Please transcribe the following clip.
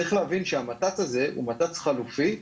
צריך להבין שהנת"צ הזה הוא נת"צ חלופי,